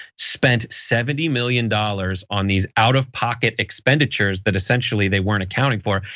spent seventy million dollars on these out of pocket expenditures that essentially they weren't accounting for.